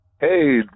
Hey